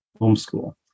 homeschool